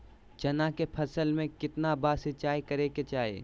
चना के फसल में कितना बार सिंचाई करें के चाहि?